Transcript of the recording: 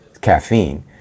caffeine